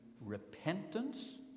repentance